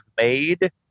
made